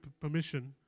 permission